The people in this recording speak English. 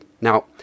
Now